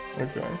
Okay